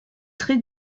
très